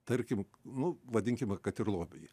tarkim nu vadinkime kad ir lobį